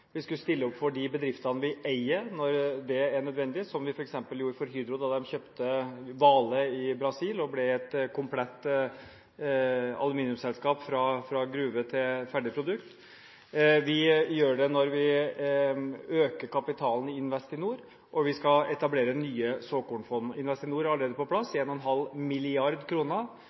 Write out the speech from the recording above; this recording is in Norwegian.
Vi skulle stille opp for de bedriftene vi eier, når det er nødvendig, som vi f.eks. gjorde for Hydro da de kjøpte Vale i Brasil og ble et komplett aluminiumsselskap fra gruve til ferdig produkt. Vi gjør det når vi øker kapitalen i Investinor, og vi skal etablere nye såkornfond. Investinor er allerede på plass.